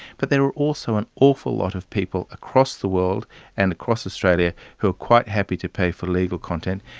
but there are also an awful lot of people across the world and across australia who are quite happy to pay for legal content,